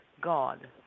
God